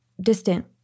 distant